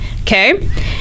Okay